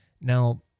Now